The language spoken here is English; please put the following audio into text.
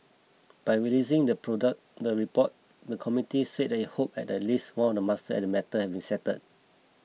by releasing the product the report the committee said they hoped at least one of must and matter had been settled